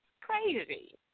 crazy